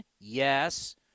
yes